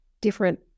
different